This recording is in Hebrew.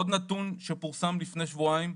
עוד נתון שפורסם לפני שבועיים,